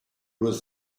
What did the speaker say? was